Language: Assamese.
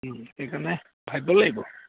সেইকাৰণে ভাবিব লাগিব